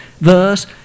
Thus